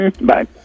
Bye